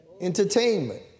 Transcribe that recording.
entertainment